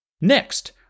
Next